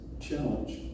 Challenge